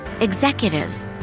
executives